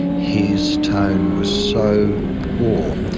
his tone was so poor.